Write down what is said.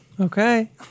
Okay